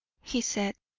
he said.